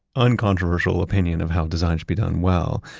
uncontroversial opinion of how design should be done well,